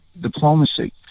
diplomacy